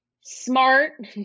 smart